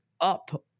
up